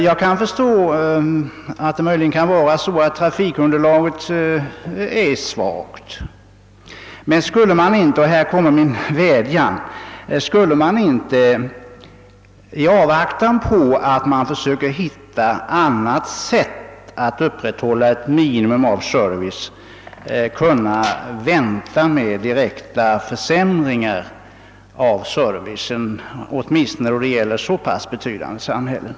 Jag förstår att det möjligen kan vara så att trafikunderlaget är svagt. Men — här kommer jag till min vädjan — skulle man inte, i avvaktan på att man försöker hitta på något annat sätt att upprätthålla ett minimum av service, kunna vänta med direkta försämringar av servicen åtminstone då det gäller så pass betydande samhällen?